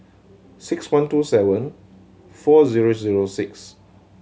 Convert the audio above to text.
six one two seven four zero zero six